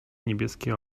niebieskie